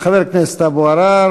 חברי חברי הכנסת,